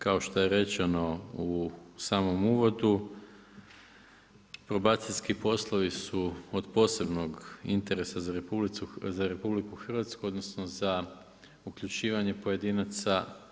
Kao što je rečeno u samom uvodu probacijski poslovi su od posebnog interesa za RH odnosno za uključivanje pojedinaca.